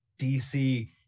DC